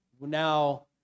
Now